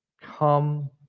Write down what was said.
Come